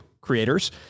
creators